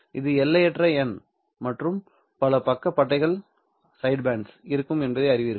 இது எல்லையற்ற எண் மற்றும் பல பக்க பட்டைகள் இருக்கும் என்பதை அறிவீர்கள்